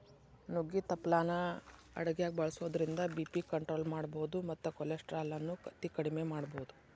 ನುಗ್ಗಿ ತಪ್ಪಲಾನ ಅಡಗ್ಯಾಗ ಬಳಸೋದ್ರಿಂದ ಬಿ.ಪಿ ಕಂಟ್ರೋಲ್ ಮಾಡಬೋದು ಮತ್ತ ಕೊಲೆಸ್ಟ್ರಾಲ್ ಅನ್ನು ಅಕೆಡಿಮೆ ಮಾಡಬೋದು